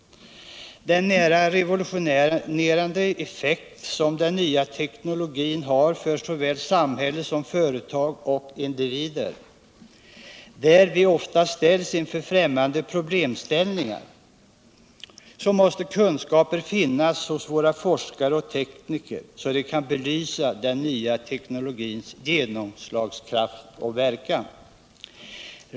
Med hänsyn till den revolutionerande effekt som den nya teknologin har för såväl samhälle som företag och individer, där vi ofta ställs inför främmande problemställningar, måste kunskaper finnas hos våra forskare och tekniker så att de kan belysa den nya teknologins genomslagskraft och verkan.